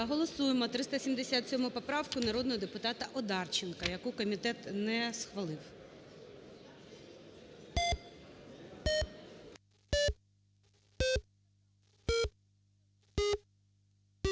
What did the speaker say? Голосуємо 377 поправку народного депутатаОдарченка, яку комітет не схвалив.